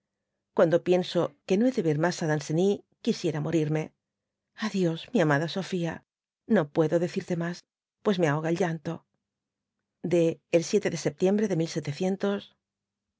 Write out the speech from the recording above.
cuando pienso que no hé de ver mas á danceny quisiera morirme a dios mi amada sofía no puedo decirte mas pues me ahoga el llanto d el de septiembre de